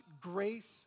grace